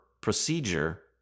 procedure